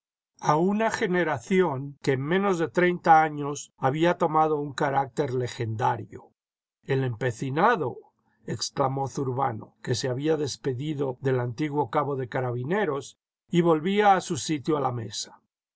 a una generación que en menos de treinta años había toma jo un carácter legendario jel empecinado exclamó zurbano que se había despedido del antiguo cabo de carabineros y volvía a su sitio a la mesa